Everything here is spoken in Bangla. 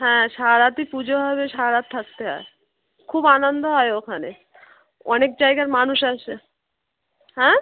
হ্যাঁ সারা রাতই পুজো হবে সারা রাত থাকতে হয় খুব আনন্দ হয় ওখানে অনেক জায়গার মানুষ আসে হ্যাঁ